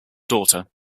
daughter